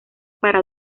para